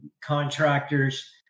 contractors